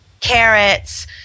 carrots